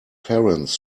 parents